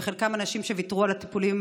בחלקם אנשים שוויתרו על הטיפולים,